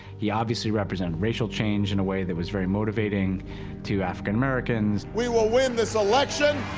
he obviously represented racial change in a way that was very motivating to african americans. we will win this election,